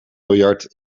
miljard